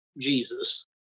Jesus